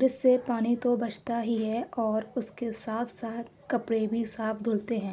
جس سے پانی تو بچتا ہی ہے اور اس کے ساتھ ساتھ کپڑے بھی صاف دھلتے ہیں